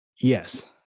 Yes